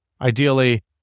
Ideally